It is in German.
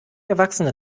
erwachsene